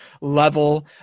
level